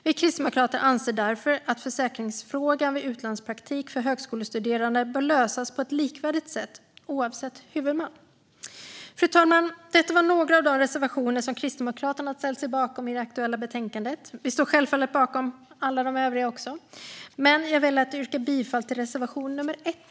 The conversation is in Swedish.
Vi kristdemokrater anser därför att försäkringsfrågan vid utlandspraktik för högskolestuderande bör lösas på ett likvärdigt sätt oavsett huvudman. Fru talman! Detta var några av de reservationer som Kristdemokraterna har ställt sig bakom i det aktuella betänkandet. Vi står självfallet bakom även de övriga, men jag väljer att yrka bifall enbart till reservation nummer 1.